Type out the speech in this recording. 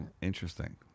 Interesting